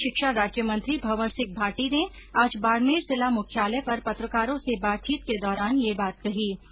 उच्च शिक्षा राज्यमंत्री भंवर सिंह भाटी ने आज बाडमेर जिला मुख्यालय पर पत्रकारों से बातचीत के दौरान ये बात कही